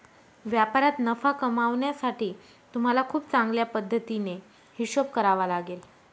व्यापारात नफा कमावण्यासाठी तुम्हाला खूप चांगल्या पद्धतीने हिशोब करावा लागेल